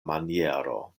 maniero